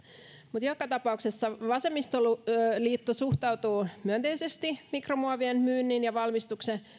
mutta joka tapauksessa vasemmistoliitto suhtautuu myönteisesti mikromuovien myynnin ja valmistuksen